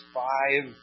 five